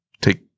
take